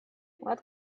what